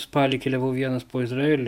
spalį keliavau vienas po izraelį